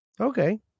Okay